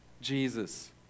Jesus